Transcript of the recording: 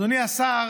אדוני השר,